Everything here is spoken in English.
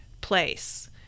place